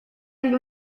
agli